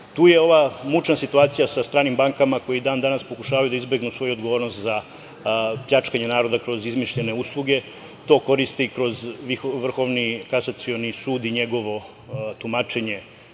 Tu je ova mučna situacija sa stranim bankama, koje i dan-danas pokušavaju da izbegnu svoju odgovornost za pljačkanje naroda kroz izmišljene usluge. Tokoristi kroz Vrhovni kasacioni sud i njegovo tumačenje